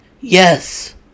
Yes